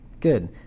Good